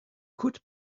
could